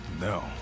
No